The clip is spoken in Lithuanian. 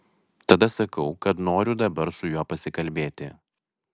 tada sakau kad noriu dabar su juo pasikalbėti